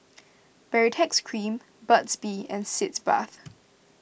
Baritex Cream Burt's Bee and Sitz Bath